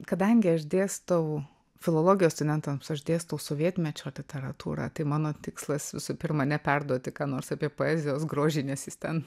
kadangi aš dėstau filologijos studentams aš dėstau sovietmečio literatūrą tai mano tikslas visų pirma neperduoti ką nors apie poezijos grožį nes jis ten